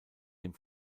dem